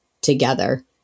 together